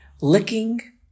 licking